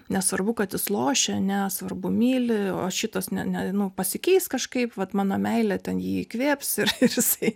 nesvarbu kad jis lošia ane svarbu myli o šitas ne ne nu pasikeis kažkaip vat mano meilė ten jį įkvėps ir ir jisai